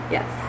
Yes